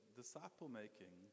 disciple-making